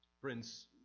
Friends